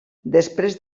després